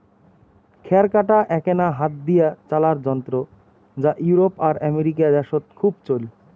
খ্যার কাটা এ্যাকনা হাত দিয়া চালার যন্ত্র যা ইউরোপ আর আমেরিকা দ্যাশত খুব চইল